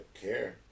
Care